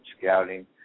scouting